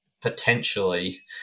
potentially